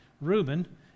Reuben